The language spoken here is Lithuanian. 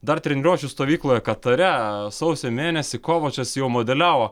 dar treniruočių stovykloje katare sausio mėnesį kovačas jau modeliavo